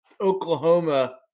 Oklahoma